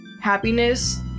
happiness